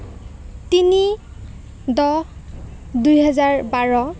তিনি দহ দুই হেজাৰ বাৰ